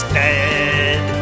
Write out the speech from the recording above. dead